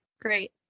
Great